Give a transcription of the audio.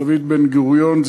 דוד בן-גוריון,